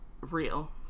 real